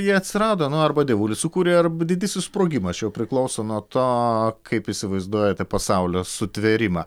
jie atsirado nu arba dievulis sukūrė arba didysis sprogimas čia jau priklauso nuo to kaip įsivaizduojate pasaulio sutvėrimą